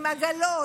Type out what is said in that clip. עם עגלות,